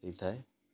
ହେଇଥାଏ